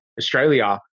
australia